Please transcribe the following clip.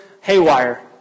haywire